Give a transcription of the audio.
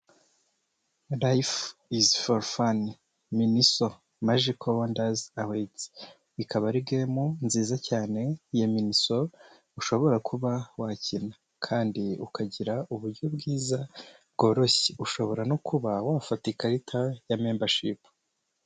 Life is forfan miniso magical wowanders awahids ikaba ari game nziza cyane ya minisol ushobora kuba wakina kandi ukagira uburyo bwiza bworoshye ushobora no kuba wafata ikarita ya membership.